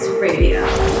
Radio